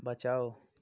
बचाओ